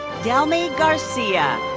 delmi garcia.